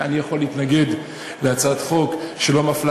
אני יכול להתנגד להצעת חוק נגד